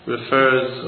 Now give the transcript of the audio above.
Refers